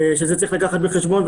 שאת זה צריך לקחת בחשבון.